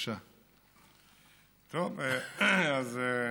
אדוני היושב-ראש,